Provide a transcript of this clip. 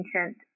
ancient